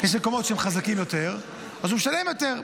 יש מקומות שהם חזקים יותר, אז הוא משלם יותר.